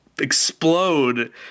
explode